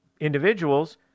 individuals